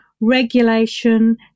regulation